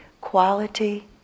quality